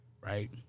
right